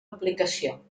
aplicació